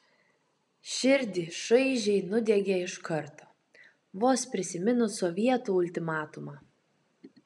širdį šaižiai nudiegė iš karto vos prisiminus sovietų ultimatumą